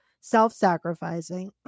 self-sacrificing